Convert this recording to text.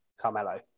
Carmelo